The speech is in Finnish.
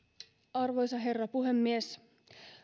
arvoisa herra puhemies